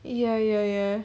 ya ya ya